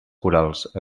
corals